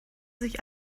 sich